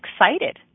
excited